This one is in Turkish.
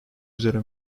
üzere